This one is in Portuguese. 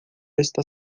está